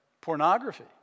pornography